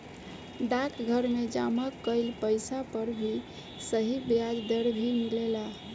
डाकघर में जमा कइल पइसा पर सही ब्याज दर भी मिलेला